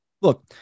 Look